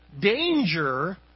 danger